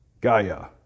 Gaia